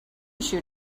shoot